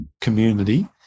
community